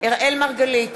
אראל מרגלית,